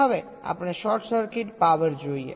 હવે આપણે short circuit power જોઈએ